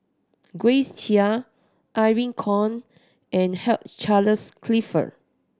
Grace Chia Irene Khong and Hugh Charles Clifford